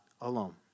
alone